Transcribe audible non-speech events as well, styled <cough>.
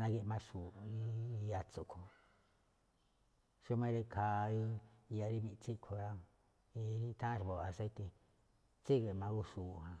na̱gi̱ꞌma xu̱u̱ꞌ rí yatso̱ꞌ a̱ꞌkhue̱n. <noise> xómá rí ikhaa rí iya rí miꞌtsín a̱ꞌkhue̱n rá, rí nutháán xa̱bo̱ aseite̱, tsígi̱ꞌma góon xu̱u̱ꞌ ja,